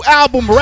album